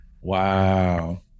Wow